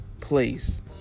place